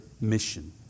mission